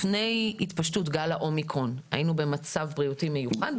לפני התפשטות גל האומיקרון היינו במצב בריאותי מיוחד.